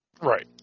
Right